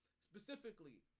Specifically